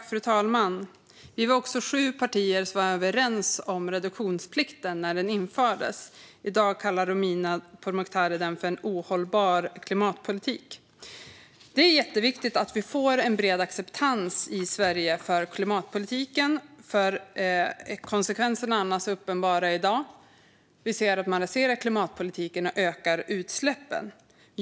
Fru talman! Vi var också sju partier som var överens om reduktionsplikten när den infördes. I dag kallar Romina Pourmokhtari den för en ohållbar klimatpolitik. Det är jätteviktigt att vi får en bred acceptans i Sverige för klimatpolitiken. Konsekvenserna är i annat fall uppenbara; vi ser ju nu att man raserar klimatpolitiken och ökar utsläppen.